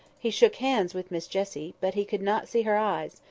he shook hands with miss jessie but he could not see her eyes,